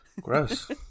gross